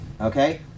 okay